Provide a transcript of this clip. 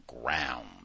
ground